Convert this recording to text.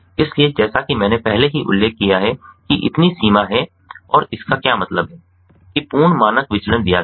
इसलिए जैसा कि मैंने पहले ही उल्लेख किया है कि इतनी सीमा है और इसका क्या मतलब है कि पूर्ण मानक विचलन दिया गया है